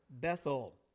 Bethel